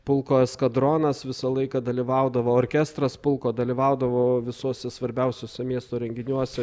pulko eskadronas visą laiką dalyvaudavo orkestras pulko dalyvaudavo visose svarbiausiose miesto renginiuose